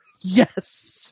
Yes